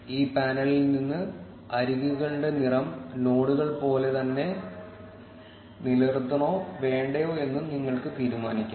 ഈ പാനലിൽ നിന്ന് അരികുകളുടെ നിറം നോഡുകൾ പോലെ തന്നെ നിലനിർത്തണോ വേണ്ടയോ എന്നും നിങ്ങൾക്ക് തീരുമാനിക്കാം